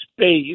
space